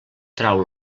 trau